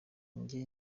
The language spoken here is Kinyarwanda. njye